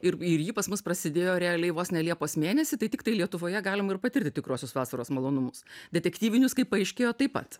ir ir ji pas mus prasidėjo realiai vos ne liepos mėnesį tai tiktai lietuvoje galima ir patirti tikruosius vasaros malonumus detektyvinius kaip paaiškėjo taip pat